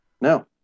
No